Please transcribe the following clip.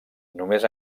només